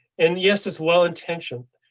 and yes, as well intentioned,